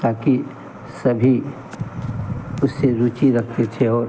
ताकि सभी उससे रुची रखते थे और